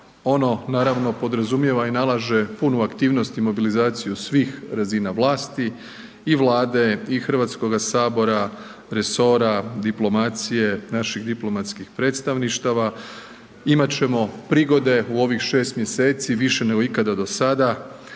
ono naravno podrazumijeva i nalaže punu aktivnost i mobilizaciju svih razina vlasti i Vlade i HS, resora, diplomacije, naših diplomatskih predstavništava, imat ćemo prigode u ovih 6 mjeseci više nego ikada dosada